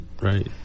right